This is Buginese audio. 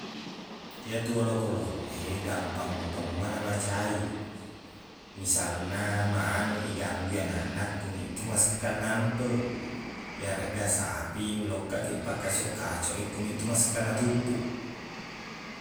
Iyatu olokokoloko e gampang mu tomma na macai misalna manuq i ganggu i anakna okkoni tu maseggang nampeq iyareqga saping lokkaki pakacok-kacok i okkoni tu maseggang na tumpuq